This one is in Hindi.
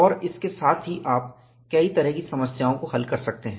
और इसके साथ ही आप कई तरह की समस्याओं को हल कर सकते हैं